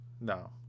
No